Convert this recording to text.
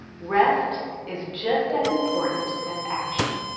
rest is just as important as action.